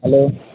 hello